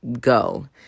go